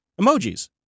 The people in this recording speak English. emojis